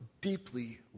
deeply